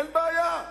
אין בעיה.